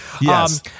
Yes